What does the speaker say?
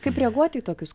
kaip reaguoti į tokius